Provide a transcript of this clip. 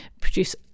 produce